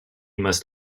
must